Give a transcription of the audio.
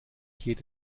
geht